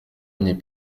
mnie